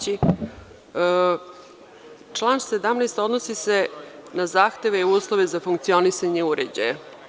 Član 17. odnosi se na zahteve i uslove za funkcionisanje uređaja.